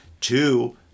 Two